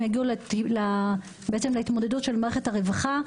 הם בעצם יגיעו להתמודדות של מערכת הרווחה,